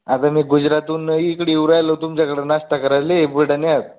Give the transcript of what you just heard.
आता मी गुजरातवरून इकडे येऊन राहिलो तुमच्याकडे नाश्ता करायला बुलढाण्यात